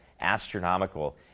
astronomical